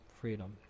freedom